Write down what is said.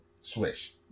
Swish